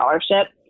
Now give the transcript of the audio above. scholarship